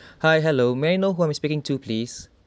hi hello may I know who am I speaking to please